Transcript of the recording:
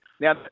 Now